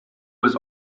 was